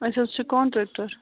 أسۍ حظ چھِ کنٹریکٹر